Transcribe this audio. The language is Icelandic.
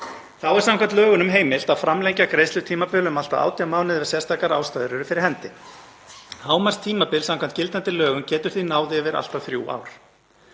Þá er samkvæmt lögunum heimilt að framlengja greiðslutímabil um allt að 18 mánuði ef sérstakar ástæður eru fyrir hendi. Hámarkstímabil samkvæmt gildandi lögum getur því náð yfir allt að þrjú ár.